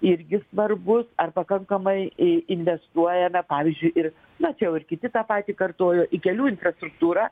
irgi svarbus ar pakankamai i investuojame pavyzdžiui ir na čia jau ir kiti tą patį kartojo į kelių infrastruktūrą